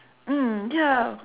mm ya